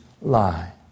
lie